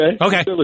Okay